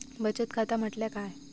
बचत खाता म्हटल्या काय?